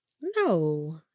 No